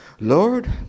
Lord